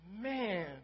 man